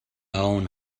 own